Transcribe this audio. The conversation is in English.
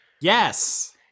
Yes